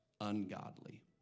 ungodly